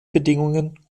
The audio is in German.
bedingungen